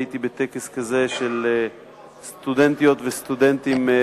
הייתי בטקס כזה של סטודנטיות וסטודנטים בדואים,